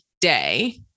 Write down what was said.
day